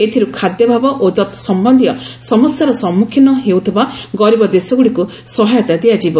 ଏଥିରୁ ଖାଦ୍ୟାଭାବ ଓ ତତ୍ସମ୍ୟନ୍ଧୀୟ ସମସ୍ୟାର ସମ୍ମୁଖୀନ ହେଉଥିବା ଗରିବ ଦେଶଗୁଡ଼ିକୁ ସହାୟତା ଦିଆଯିବ